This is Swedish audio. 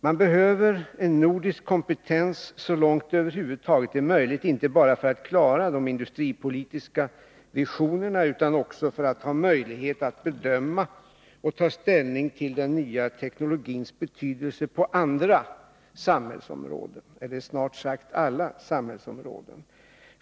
Vi behöver en nordisk kompetens så långt det över huvud taget är möjligt, inte bara för att klara de industripolitiska visionerna, utan också för att ha möjlighet att bedöma och ta ställning till den nya teknologins betydelse på andra samhällsområden, eller snart sagt alla samhällsområden.